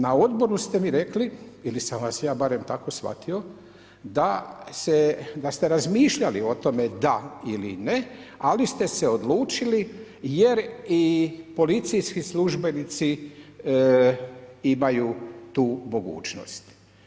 Na odboru ste mi rekli ili sam vas ja barem tako shvatio, da ste razmišljali o tome da ili ne ali ste se odlučili jer i policijski službenici imaju tu mogućnost.